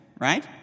right